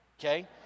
Okay